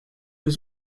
was